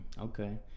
Okay